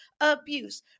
abuse